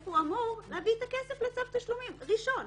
מאיפה הוא אמור להביא את הכסף לצו תשלומים ראשון?